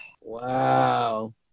Wow